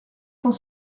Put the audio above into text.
cent